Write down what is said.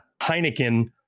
Heineken